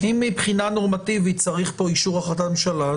אם מבחינה נורמטיבית צריך פה אישור החלטת ממשלה,